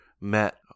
Met